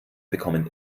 bekommen